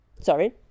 Sorry